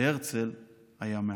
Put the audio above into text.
בהרצל היה מהכול.